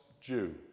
Jew